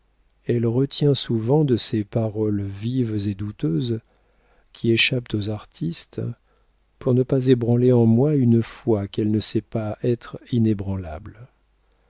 elle retient souvent de ces paroles vives et douteuses qui échappent aux artistes pour ne pas ébranler en moi une foi qu'elle ne sait pas être inébranlable